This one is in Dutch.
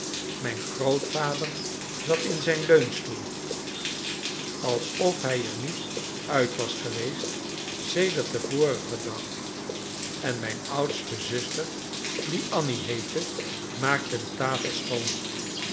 mijn grootvader zat in zijn leunstoel alsof hij er niet uit was geweest sedert den vorigen dag en mijn oudste zuster die annie heette maakte de tafel schoon